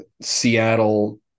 Seattle